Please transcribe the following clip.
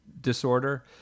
disorder